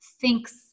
thinks